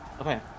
okay